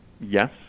yes